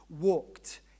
walked